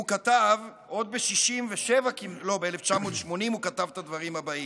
הוא כתב ב-1980 את הדברים הבאים: